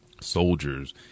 soldiers